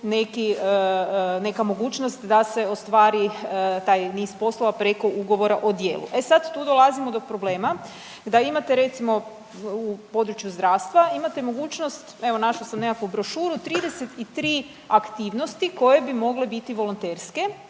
neka mogućnost da se ostvari niz poslova preko ugovora o djelu. E sad tu dolazimo do problema da imate recimo u području zdravstva imate mogućnost, evo našla sam nekakvu brošuru, 33 aktivnosti koje bi mogle biti volonterske.